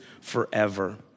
forever